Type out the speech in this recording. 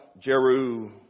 Jeru